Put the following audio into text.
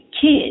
kids